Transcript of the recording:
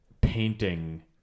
Painting